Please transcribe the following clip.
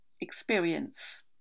experience